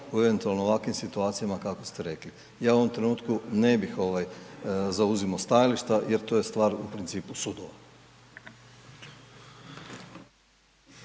u eventualno ovakvim situacijama kakve ste rekli. Ja u ovom trenutku ne bih zauzimao stajališta jer to je stvar u principu sudova.